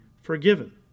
forgiven